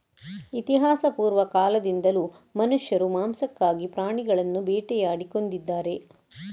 ಇತಿಹಾಸಪೂರ್ವ ಕಾಲದಿಂದಲೂ ಮನುಷ್ಯರು ಮಾಂಸಕ್ಕಾಗಿ ಪ್ರಾಣಿಗಳನ್ನು ಬೇಟೆಯಾಡಿ ಕೊಂದಿದ್ದಾರೆ